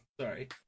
Sorry